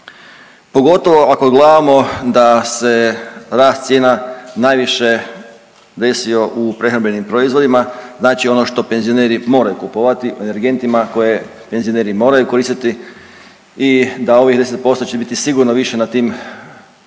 pogotovo ako gledamo da se rast cijena najviše desio u prehrambenim proizvodima, znači ono što penzioneri moraju kupovati, o energentima koje penzioneri moraju koristiti i dao ovih 10% će biti sigurno više na tim artiklima